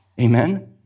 Amen